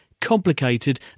complicated